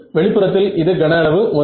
வெளிப்புறத்தில் இது கன அளவு 1